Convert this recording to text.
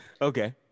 Okay